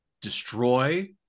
destroy